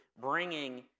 bringing